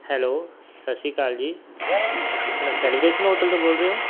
hello ਸਤਿ ਸ਼੍ਰੀ ਅਕਾਲ ਜੀ ਆਪਣਾ ਸੈਲੀਬਰੇਸ਼ਨ ਹੋਟਲ ਤੋਂ ਬੋਲ ਰਹੇ ਹੋ